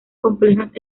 complejas